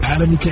Adam